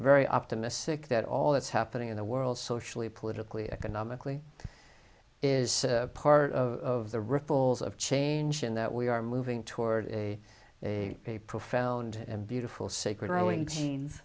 very optimistic that all that's happening in the world socially politically economically is part of the ripples of change and that we are moving toward a a a profound and beautiful sacred rowing